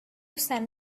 san